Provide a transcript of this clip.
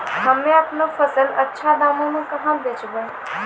हम्मे आपनौ फसल अच्छा दामों मे कहाँ बेचबै?